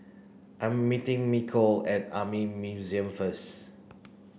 I'm meeting Mikel at Army Museum first